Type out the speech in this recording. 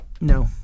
No